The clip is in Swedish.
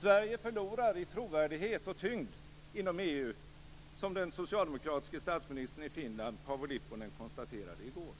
Sverige förlorar i trovärdighet och tyngd inom EU, som den socialdemokratiske statsministern i Finland Paavo Lipponen konstaterade i går.